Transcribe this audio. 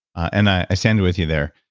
and i stand with you there.